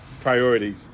priorities